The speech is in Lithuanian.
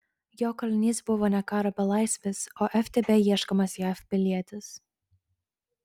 jo kalinys buvo ne karo belaisvis o ftb ieškomas jav pilietis